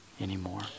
anymore